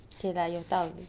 K lah 有道理